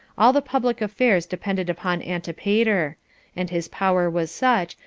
all the public affairs depended upon antipater and his power was such,